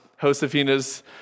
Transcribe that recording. Josefina's